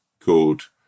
called